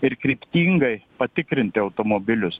ir kryptingai patikrinti automobilius